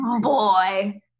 boy